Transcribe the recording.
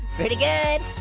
pretty good.